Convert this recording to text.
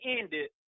ended